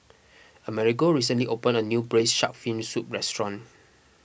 Amerigo recently opened a new Braised Shark Fin Soup restaurant